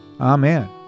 Amen